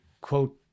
quote